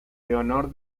leonor